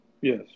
Yes